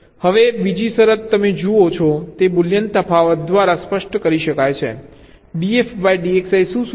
હવે બીજી શરત તમે જુઓ છો તે બુલિયન તફાવત દ્વારા સ્પષ્ટ કરી શકાય છે dfdXi શું સૂચવે છે